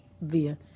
via